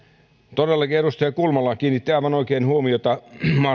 todellakin edustaja kulmala kiinnitti aivan oikein huomiota